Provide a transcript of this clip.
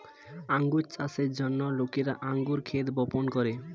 আঙ্গুর চাষের জন্য লোকেরা আঙ্গুর ক্ষেত বপন করে